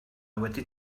wedi